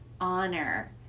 honor